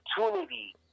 opportunity